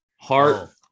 Heart